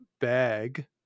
bag